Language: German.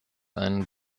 einen